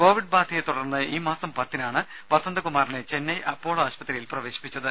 Covid ബാധയെത്തുടർന്ന് ഈ മാസം പത്തിനാണ് വസന്തകുമാറിനെ ചെന്നൈ അപ്പോളോ ആശുപത്രിയിൽ പ്രവേശിപ്പിച്ചത്